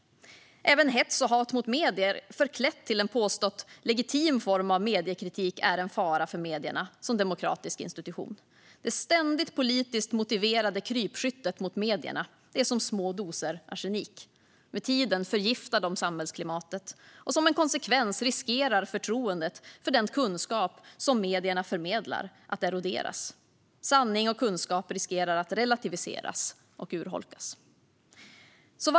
Även hets och hat mot medier förklätt till en påstått legitim form av mediekritik är en fara för medierna som demokratisk institution. Det ständiga politiskt motiverade krypskyttet mot medierna är som små doser arsenik. Med tiden förgiftar de samhällsklimatet. Som en konsekvens riskerar förtroendet för den kunskap som medierna förmedlar att eroderas. Sanning och kunskap riskerar att relativiseras och urholkas. Fru talman!